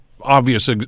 obvious